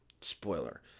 Spoiler